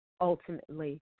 ultimately